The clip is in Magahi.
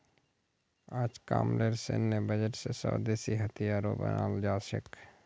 अजकामलेर सैन्य बजट स स्वदेशी हथियारो बनाल जा छेक